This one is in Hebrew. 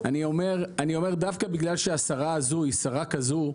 דווקא בגלל שהשרה היא כזו,